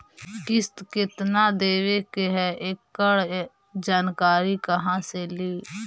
किस्त केत्ना देबे के है एकड़ जानकारी कहा से ली?